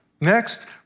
Next